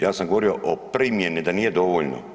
Ja sam govorio o primjeni, da nije dovoljno.